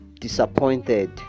disappointed